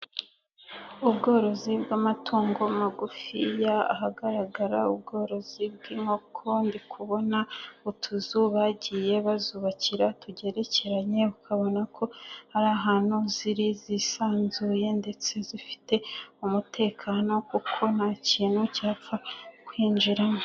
Ubworozi bw'amatungo magufiya, ahagaragara ubworozi bw'inkoko, ndi kubona utuzu bagiye bazubakira tugerekeranye, ukabona ko ari ahantu ziri zisanzuye ndetse zifite umutekano kuko nta kintu cyapfa kwinjiramo.